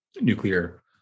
nuclear